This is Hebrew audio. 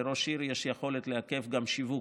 לראש עירייה יש יכולת לעכב גם שיווק,